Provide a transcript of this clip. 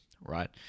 Right